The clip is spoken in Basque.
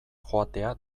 joatea